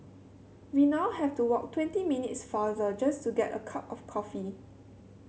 we now have to walk twenty minutes farther just to get a cup of coffee